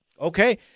Okay